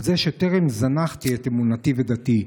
על זה שטרם זנחתי את אמונתי ודתי,